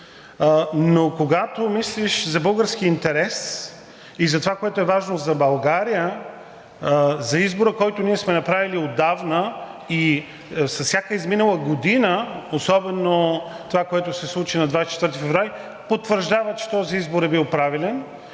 но когато мислиш за българския интерес и за това, което е важно за България, за избора, който ние сме направили отдавна, и с всяка изминала година, особено това, което се случи на 24 февруари, потвърждава, че този избор е бил правилен